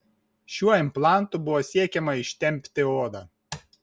šiuo implantu buvo siekiama ištempti odą